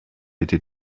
été